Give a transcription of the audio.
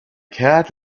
cat